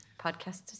Podcasts